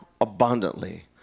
abundantly